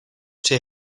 při